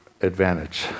advantage